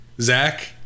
Zach